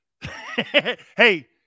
Hey